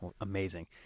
Amazing